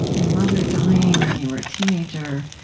your mother dying when you were a teenager,